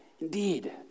Indeed